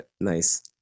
Nice